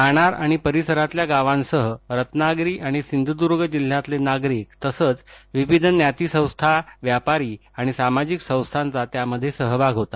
नाणार आणि परिसरातल्या गावांसह रत्नागिरी आणि सिंधूदर्ग जिल्ह्यातले नागरिक तसंच विविध ज्ञातिसंस्था व्यापारी आणि सामाजिक संस्थांचा त्यामध्ये सहभाग होता